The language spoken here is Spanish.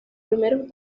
primeros